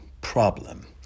problem